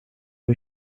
ich